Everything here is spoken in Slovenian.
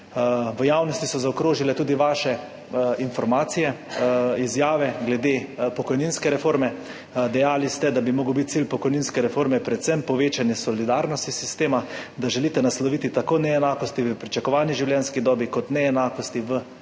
V javnosti so zaokrožile tudi vaše informacije, izjave glede pokojninske reforme. Dejali ste, da bi moral biti cilj pokojninske reforme predvsem povečanje solidarnosti sistema, da želite nasloviti tako neenakosti v pričakovani življenjski dobi kot neenakosti v višini